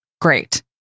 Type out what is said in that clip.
great